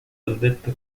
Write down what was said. alberto